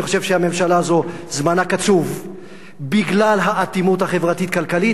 שאני חושב שהממשלה הזאת זמנה קצוב בגלל האטימות החברתית-כלכלית,